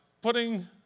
putting